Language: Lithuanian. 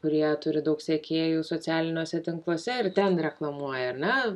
kurie turi daug sekėjų socialiniuose tinkluose ir ten reklamuoja ar ne